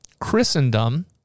Christendom